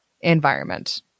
environment